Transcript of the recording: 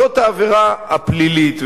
זאת העבירה הפלילית.